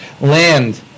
land